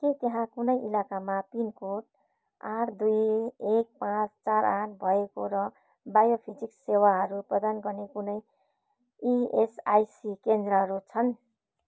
के त्यहाँ कुनै इलाकामा पिनकोड आठ दुई एक पाँच चार आठ भएको र बायोफिजिक्स सेवाहरू प्रदान गर्ने कुनै इएसआइसी केन्द्रहरू छन्